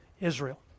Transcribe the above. israel